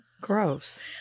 Gross